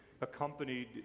accompanied